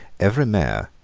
every mayor,